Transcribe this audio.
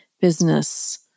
business